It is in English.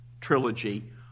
trilogy